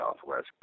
Southwest